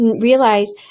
Realize